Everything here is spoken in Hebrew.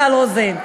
מיכל רוזין.